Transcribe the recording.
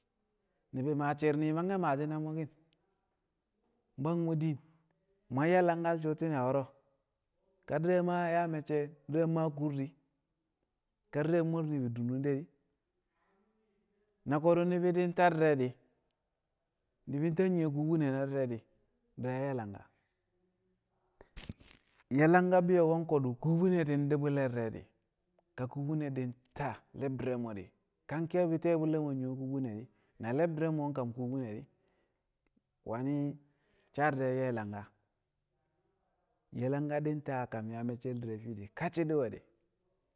ni̱bi̱ maa shi̱i̱r ni̱bi̱ mangke̱ maashi̱ na mu̱ ki̱n bwang mu̱ diin mu̱ yang ye̱ langka suu shi̱ne̱ wo̱ro̱ ka di̱re̱ yaa me̱cce di̱re̱ maa kur di̱ ka di̱re̱ mo̱r ni̱bi̱ a dur nunde na ko̱du̱ ni̱bi̱ di̱ ta di̱re̱ di̱ ni̱bi̱ ta nyi̱ye̱ kubine na di̱re̱ di̱ di̱re̱ yang ye̱ langka ye̱ langka bi̱yo̱ko̱ a ko̱du̱ kubine di̱ di a bu̱lle̱l di̱re̱ di̱ ka kubine nta le̱bdi̱r re̱ mo̱ di̱ ka ke̱e̱bi̱ ti̱ye̱ bu̱lle̱l mo̱ nyu̱wo̱ kubine di̱ na le̱bdi̱r re̱ mo a kam kubine di̱ wani̱ sa di̱re̱ ye̱ langka ye̱ langka di̱ ta a yaa me̱ccel di̱re̱ fiidi ka shi̱ di̱ we̱ di̱